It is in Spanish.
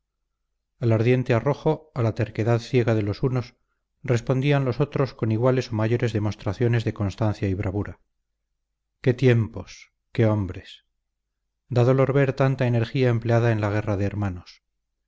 al ardiente arrojo a la terquedad ciega de los unos respondían los otros con iguales o mayores demostraciones de constancia y bravura qué tiempos qué hombres da dolor ver tanta energía empleada en la guerra de hermanos